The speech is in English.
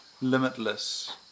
limitless